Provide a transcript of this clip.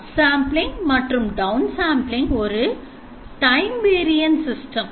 up sampling மற்றும் down sampling ஒரு time variant systems